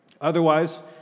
Otherwise